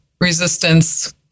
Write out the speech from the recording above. resistance